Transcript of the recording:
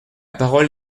parole